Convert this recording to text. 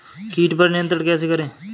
कीट पर नियंत्रण कैसे करें?